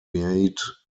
made